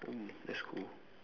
mm that's cool